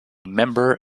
member